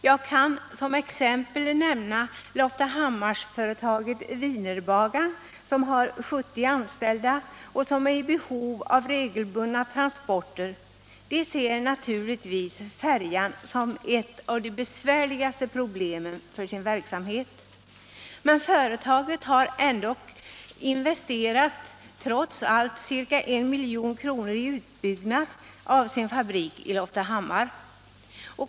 Jag kan som exempel nämna Loftahammarföretaget Vienerbagarn, som har ca 70 anställda och som är i behov av regelbundna transporter. Detta företag ser naturligtvis färjan som ett av de besvärligaste problemen för sin verksamhet. Man bör här ta hänsyn till att företaget ändå har investerat ca 1 milj.kr. i utbyggnad av sin fabrik i Loftahammar.